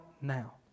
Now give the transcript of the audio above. now